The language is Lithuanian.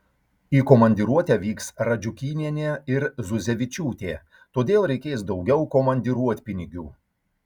į komandiruotę vyks radžiukynienė ir zuzevičiūtė todėl reikės daugiau komandiruotpinigių